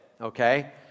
okay